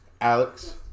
Alex